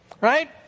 right